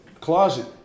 closet